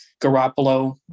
Garoppolo